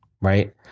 Right